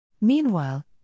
Meanwhile